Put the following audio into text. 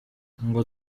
ngo